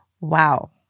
Wow